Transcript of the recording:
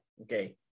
Okay